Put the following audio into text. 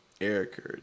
Eric